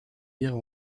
guerre